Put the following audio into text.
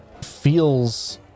feels